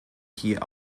hier